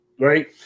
Right